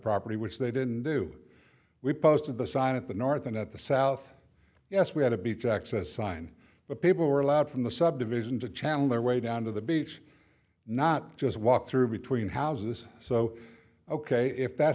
property which they didn't do we posted the sign at the north and at the south yes we had a beach access sign but people were allowed from the subdivision to channel their way down to the beach not just walk through between houses so ok if that